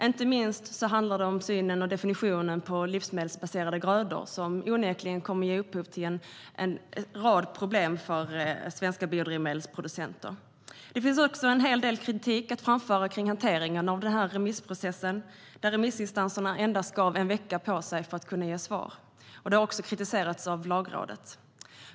Inte minst handlar det om synen på och definitionen av livsmedelsbaserade grödor, som onekligen kommer att ge upphov till en rad problem för svenska biodrivmedelsproducenter. Det finns också en hel del kritik att framföra kring hanteringen av remissprocessen, där remissinstanserna fick endast en vecka på sig för att svara. Detta har också kritiserats av Lagrådet.